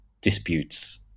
disputes